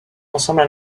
ensemble